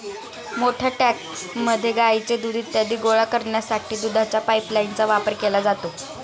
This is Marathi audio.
मोठ्या टँकमध्ये गाईचे दूध इत्यादी गोळा करण्यासाठी दुधाच्या पाइपलाइनचा वापर केला जातो